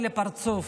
ובפרצוף.